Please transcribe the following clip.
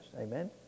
amen